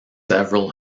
several